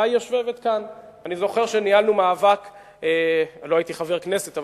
אומנם לא הייתי חבר כנסת,